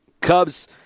Cubs